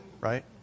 right